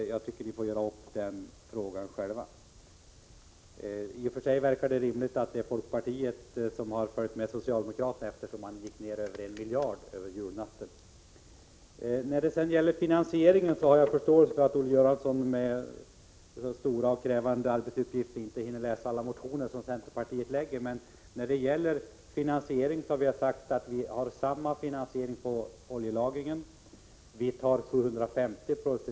Den frågan får ni göra upp sinsemellan. I och för sig verkar det rimligt att det är folkpartiet som följt med socialdemokraterna, eftersom de prutade sitt förslag med en miljard under julnatten. När det gäller finansieringen har jag förståelse för att Olle Göransson med sina stora och krävande arbetsuppgifter inte hinner läsa alla motioner som centerpartiet väcker. I fråga om finansiering har vi föreslagit samma belopp som majoriteten för oljelagring.